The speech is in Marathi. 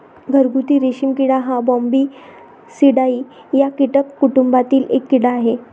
घरगुती रेशीम किडा हा बॉम्बीसिडाई या कीटक कुटुंबातील एक कीड़ा आहे